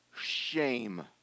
shame